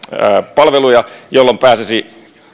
palveluja jolloin pääsisi